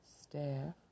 staff